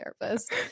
therapist